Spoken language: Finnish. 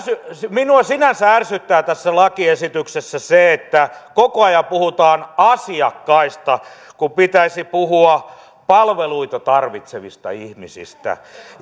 minua sinänsä ärsyttää tässä lakiesityksessä se että koko ajan puhutaan asiakkaista kun pitäisi puhua palveluita tarvitsevista ihmisistä